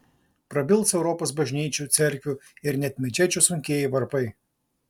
prabils europos bažnyčių cerkvių ir net mečečių sunkieji varpai